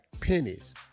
pennies